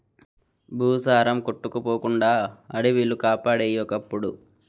భూసారం కొట్టుకుపోకుండా అడివిలు కాపాడేయి ఒకప్పుడు